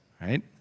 right